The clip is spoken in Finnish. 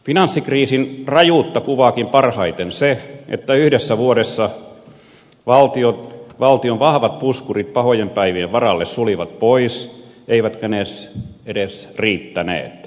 finanssikriisin rajuutta kuvaakin parhaiten se että yhdessä vuodessa valtion vahvat puskurit pahojen päivien varalle sulivat pois eivätkä ne edes riittäneet